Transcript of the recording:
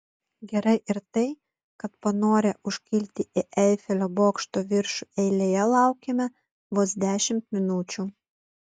gerai ir tai kad panorę užkilti į eifelio bokšto viršų eilėje laukėme vos dešimt minučių